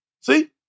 See